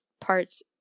parts